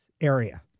area